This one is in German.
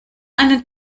einen